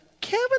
Kevin